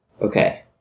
Okay